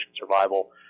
survival